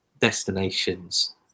destinations